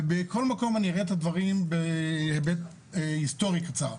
בכל מקום אני אראה את הדברים בהיבט היסטורי קצר,